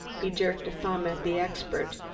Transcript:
he jerked a thumb at the expert,